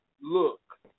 look